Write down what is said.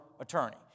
attorney